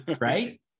right